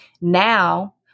Now